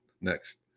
next